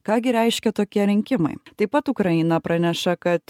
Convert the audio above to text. ką gi reiškia tokie rinkimai taip pat ukraina praneša kad